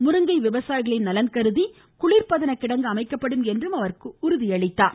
முருங்கை விவசாயிகளின் நலன் கருதி குளிர்பதன கிடங்கு அமைக்கப்படும் என்றும் அவர் உறுதியளித்தார்